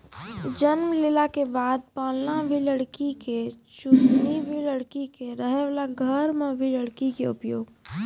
जन्म लेला के बाद पालना भी लकड़ी के, चुसनी भी लकड़ी के, रहै वाला घर मॅ भी लकड़ी के उपयोग